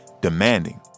demanding